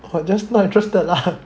just not interested lah